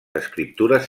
escriptures